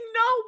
no